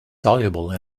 soluble